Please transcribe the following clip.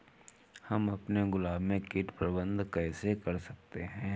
हम अपने गुलाब में कीट प्रबंधन कैसे कर सकते है?